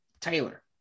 Taylor